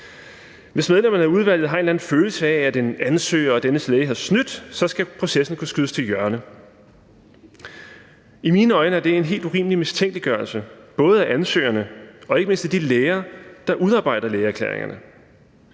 Hvis medlemmerne af udvalget har en eller anden følelse af, at en ansøger og dennes læge har snydt, skal processen kunne skydes til hjørne. I mine øjne er det en helt urimelig mistænkeliggørelse både af ansøgerne og ikke mindst af de læger, der udarbejder lægeerklæringerne.